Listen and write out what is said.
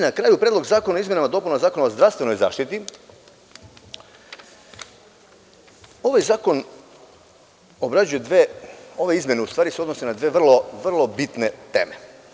Na kraju, Predlog zakona o izmenama i dopunama Zakona o zdravstvenoj zaštiti, ove izmene se odnose na dve vrlo bitne teme.